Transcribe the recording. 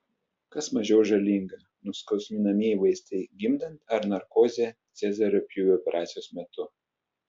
kas mažiau žalinga nuskausminamieji vaistai gimdant ar narkozė cezario pjūvio operacijos metu